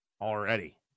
already